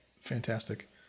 fantastic